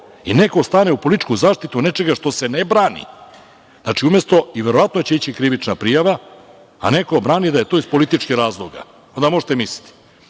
I neko stane u političku zaštitu nečega što se ne brani. Verovatno će ići krivična prijava. Neko brani da je to iz političkih razloga. Možete misliti.